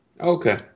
Okay